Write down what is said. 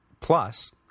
Plus